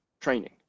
training